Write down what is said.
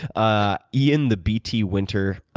ah ian, the bt winter,